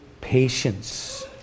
patience